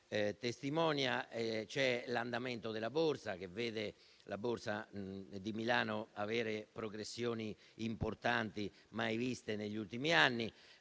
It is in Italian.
testimonia, c'è l'andamento dei mercati finanziari, che vede la Borsa di Milano avere progressioni importanti mai viste negli ultimi anni.